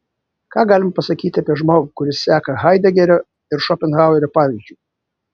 ką galima pasakyti apie žmogų kuris seka haidegerio ir šopenhauerio pavyzdžiu